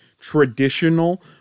traditional